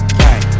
bang